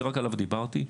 שרק עליו דיברתי,